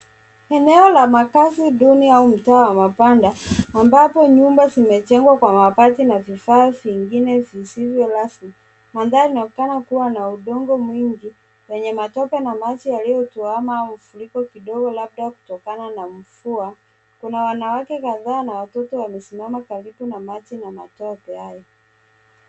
Eneo la makazi duni au mtaa wa mabanda, ambapo nyumba zimechengwa kwa mabati na vifaa vingine zisizo rasmi. Mandhari inaonekana kuwa na udongo mwingi wenye matope na maji yaliyotoama au ufuriko kidogo labda kutokana na mvua. Kuna wanawake kadhaa na watoto wamesimama karibu na maji na matope hayo.